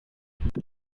the